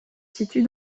situe